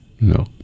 no